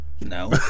No